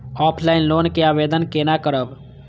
Offline loan के आवेदन केना करब?